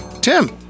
Tim